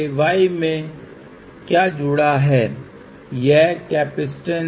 क्योंकि z jωC यह सामान्यीकृत मूल्य है आपने 50 से गुणा किया क्योंकि यह मान इम्पीडेन्स का है